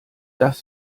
das